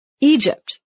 Egypt